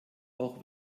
auch